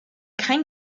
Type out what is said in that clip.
kein